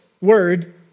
word